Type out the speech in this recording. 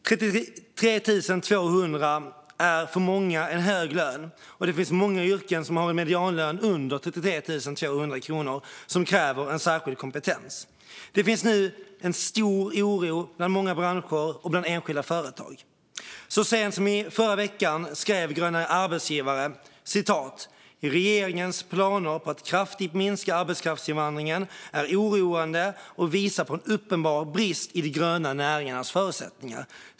33 200 är för många en hög lön, och det finns många yrken med medianlön under 33 200 kronor som kräver särskild kompetens. Det finns nu en stor oro i många branscher och bland enskilda företag. Så sent som förra veckan skrev Gröna arbetsgivare: "Regeringens planer på att kraftigt minska arbetskraftsinvandringen är oroande, och visar på en uppenbar brist på insikt i de gröna näringarnas förutsättningar."